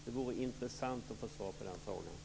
Det vore intressant att få svar på den frågan.